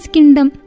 Kingdom